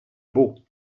beau